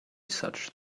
such